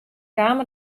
kaam